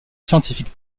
scientifique